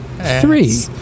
three